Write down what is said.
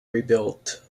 rebuilt